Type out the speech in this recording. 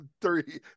three